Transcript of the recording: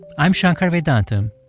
i'm shankar vedantam,